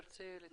תרצה להתייחס?